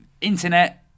internet